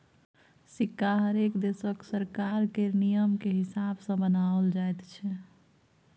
सिक्का हरेक देशक सरकार केर नियमकेँ हिसाब सँ बनाओल जाइत छै